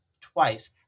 twice